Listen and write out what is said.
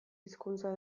hizkuntza